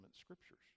scriptures